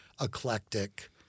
eclectic